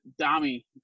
Dami